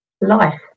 Life